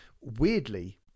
weirdly